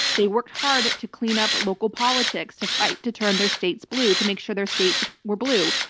they worked hard to clean up local politics, to fight to turn their states blue, to make sure their states were blue.